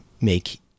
make